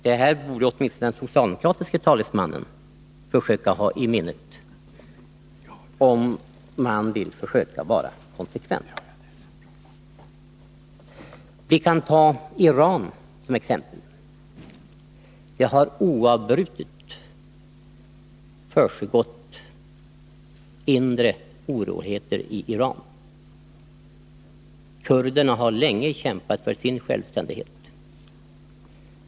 Det borde åtminstone den socialdemokratiske talesmannen ha i minnet, om han vill försöka vara konsekvent. Vi kan ta Iran som exempel. Det har oavbrutet försiggått inre oroligheter i Iran. Kurderna har länge kämpat för sin självständighet.